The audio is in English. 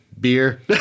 Beer